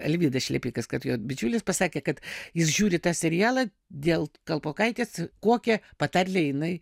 alvydas šlepikas kad jo bičiulis pasakė kad jūs žiūrit tą serialą dėl kalpokaitės kokią patarlę jinai